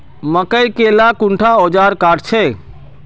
मकई के ला कुंडा ओजार काट छै?